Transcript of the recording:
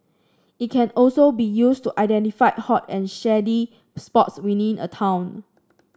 it can also be used to identify hot and shady spots within a town